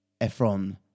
Efron